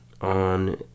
on